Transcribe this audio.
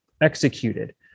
executed